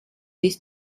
bis